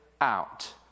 out